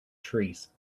trees